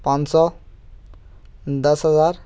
पाँच सौ दस हज़ार